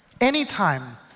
anytime